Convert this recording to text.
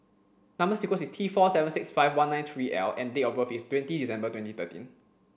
number sequence is T four seven six five one nine three L and date of birth is twenty December twenty thirteen